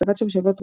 הצבת שבשבות רוח,